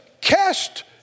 Cast